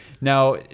now